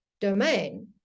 domain